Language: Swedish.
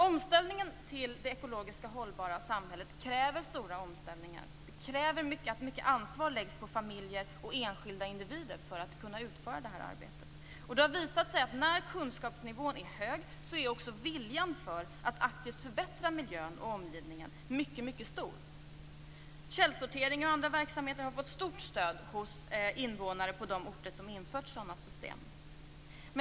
Omställningen till det ekologiskt hållbara samhället kräver stora förändringar. Det krävs att mycket ansvar läggs på familjer och enskilda individer för att kunna utföra det. Det har visat sig att när kunskapsnivån är hög är också viljan för att aktivt förbättra miljön och omgivningen mycket stor. Källsortering och andra verksamheter har fått stort stöd hos invånare på de orter som inför sådant.